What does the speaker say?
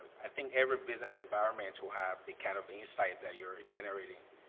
i think every business environment will have the kind of insight that you're generating.